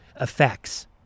effects